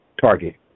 target